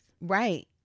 right